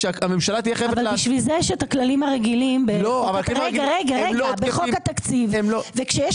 אבל בשביל זה יש את הכללים הרגילים בחוק התקציב וכשיש